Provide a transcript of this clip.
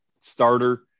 starter